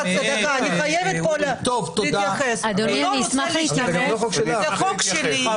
אבל זה גם לא חוק שלך --- החוק שלי.